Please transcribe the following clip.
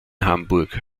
hamburg